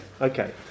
okay